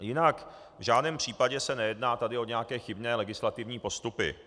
Jinak v žádném případě se nejedná o nějaké chybné legislativní postupy.